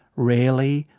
rarely,